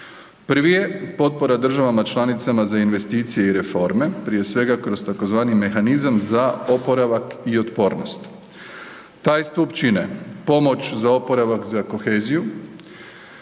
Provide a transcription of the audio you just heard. Prvi je potpora državama članicama za investicije i reforme, prije svega kroz tzv. mehanizam za oporavak i otpornost. Taj stup čine, pomoć za oporavak za koheziju,